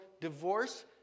divorce